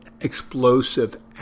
explosive